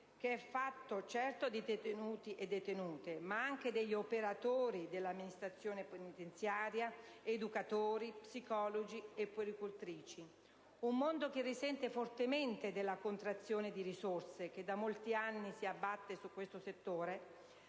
che è fatto certo di detenuti e detenute, ma anche degli operatori dell'amministrazione penitenziaria, educatori, psicologi e puericultrici. Un mondo che risente fortemente della contrazione di risorse che da molti anni si abbatte su questo settore,